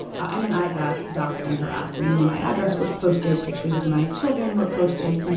and then i got doxed and harassed, and, you know, my address was posted. pictures of my children were posted.